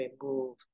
remove